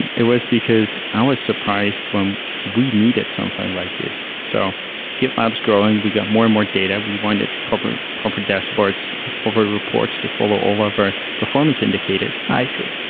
it was because i was surprised when we needed something like this. so gitlab is growing. we got more and more data. we wanted proper proper dashboards for reports to follow over performance indicators. i see.